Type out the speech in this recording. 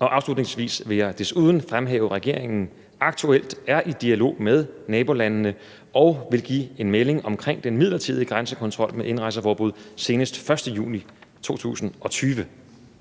Afslutningsvis vil jeg desuden fremhæve, at regeringen aktuelt er i dialog med nabolandene og vil give en melding omkring den midlertidige grænsekontrol med indrejseforbud senest den 1. juni 2020.